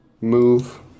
Move